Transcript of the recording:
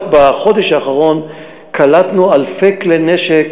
רק בחודש האחרון קלטנו אלפי כלי נשק,